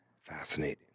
Fascinating